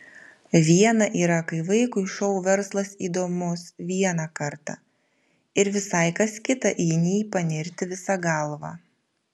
viena yra kai vaikui šou verslas įdomus vieną kartą ir visai kas kita į jį panirti visa galva